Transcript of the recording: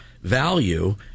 Value